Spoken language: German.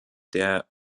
der